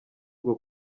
ngo